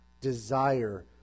desire